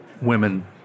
Women